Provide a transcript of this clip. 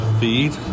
feed